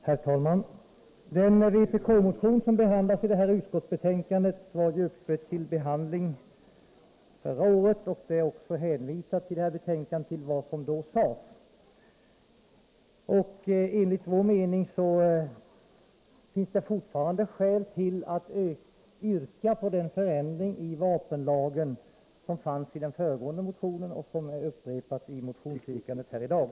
Herr talman! Den vpk-motion som behandlas i det här utskottsbetänkandet var uppe till behandling också förra året, och utskottet hänvisar i år till vad som då sades. Enligt vår mening finns det fortfarande skäl för att yrka på den förändring i vapenlagen som föreslogs i den föregående motionen, och förslaget upprepas alltså i motionsyrkandet här i dag.